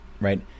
right